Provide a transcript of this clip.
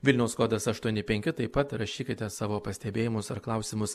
vilniaus kodas aštuoni penki taip pat rašykite savo pastebėjimus ar klausimus